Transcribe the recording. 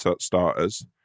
starters